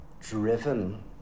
driven